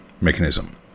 mechanism